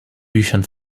büchern